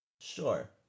Sure